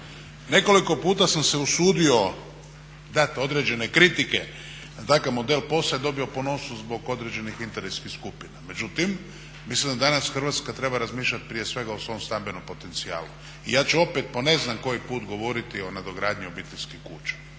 Nekoliko puta sam se usudio dati određene kritike, takav model POS-a je dobio po nosu zbog određenih interesnih skupina. Međutim, mislim da danas Hrvatska treba razmišljati prije svega o svom stambenom potencijalu. I ja ću opet po ne znam koji put govoriti o nadogradnji obiteljskih kuća.